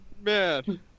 man